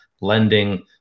lending